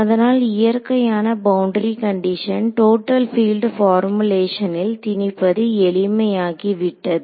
அதனால் இயற்கையான பவுண்டரி கண்டிஷனை டோட்டல் பீல்டு பார்முலேஷனில் திணிப்பது எளிமையாகி விட்டது